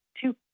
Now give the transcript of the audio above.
two